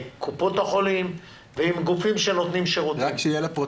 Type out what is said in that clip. רק בגלל המליאה.